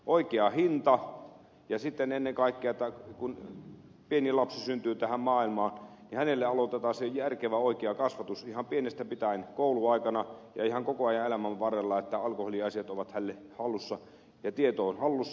oikea hinta ja sitten ennen kaikkea kun pieni lapsi syntyy tähän maailmaan hänelle aloitetaan se järkevä oikea kasvatus ihan pienestä pitäen kouluaikana ja ihan koko ajan elämän varrella että alkoholiasiat ovat hänellä hallussa ja tieto on hallussa